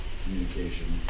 communication